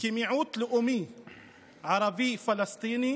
כמיעוט לאומי-ערבי-פלסטיני,